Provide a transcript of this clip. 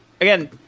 again